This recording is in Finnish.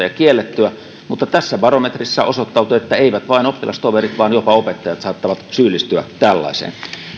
ja kiellettyä mutta tässä barometrissä osoittautui että eivät vain oppilastoverit vaan jopa opettajat saattavat syyllistyä tällaiseen